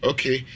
Okay